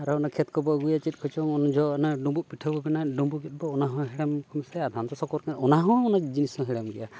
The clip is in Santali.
ᱟᱨᱚ ᱚᱱᱟ ᱠᱷᱮᱛ ᱠᱚᱵᱚ ᱟᱹᱜᱩᱭᱟ ᱪᱮᱫ ᱠᱚᱪᱚᱝ ᱩᱱᱡᱚᱦᱚᱜ ᱚᱱᱟ ᱰᱩᱢᱵᱩᱜ ᱯᱤᱴᱷᱟᱹ ᱵᱚ ᱵᱮᱟᱣᱟ ᱰᱩᱢᱵᱩᱜᱮᱫᱵᱚ ᱚᱱᱟᱦᱚᱸ ᱦᱮᱲᱮᱢ ᱠᱚ ᱢᱮᱥᱟᱭᱟ ᱟᱫᱷᱟᱱ ᱫᱚ ᱥᱟᱠᱚᱨ ᱠᱮᱸᱫᱟ ᱚᱱᱟᱦᱚᱸ ᱩᱱᱟᱹᱜ ᱡᱤᱱᱤᱥ ᱦᱚᱸ ᱦᱮᱲᱮᱢ ᱜᱮᱭᱟ